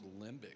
limbic